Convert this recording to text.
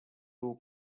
two